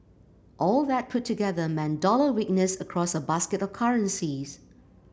all that put together meant dollar weakness across a basket of currencies